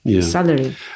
salary